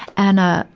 and, ah,